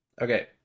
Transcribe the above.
Okay